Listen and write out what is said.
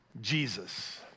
Jesus